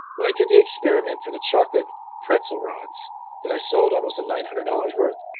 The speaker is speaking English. when i did the experiment for the chocolate pretzel rods that i sold almost the nine hundred dollars worth,